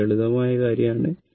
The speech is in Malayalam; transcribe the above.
അത് ലളിതമായ കാര്യമാണ്